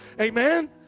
Amen